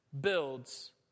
builds